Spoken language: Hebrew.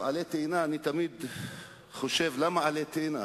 גם המפעלים וגם העסקים וגם העובדים,